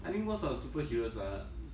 I think cause our superheroes are